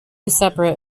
separate